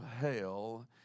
hell